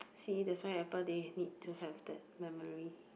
see that's why Apple they need to have that memory